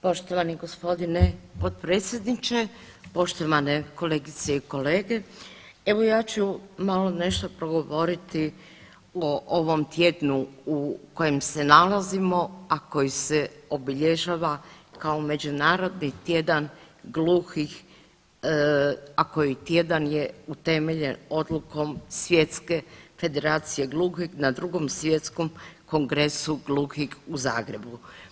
Poštovani gospodine potpredsjedniče, poštovane kolegice i kolege, evo ja ću malo nešto progovoriti o ovom tjednu u kojem se nalazimo, a koji se obilježava kao Međunarodni tjedan gluhih, a koji tjedan je utemeljen odlukom Svjetske federacije gluhih na 2. Svjetskom kongresu gluhih u Zagrebu.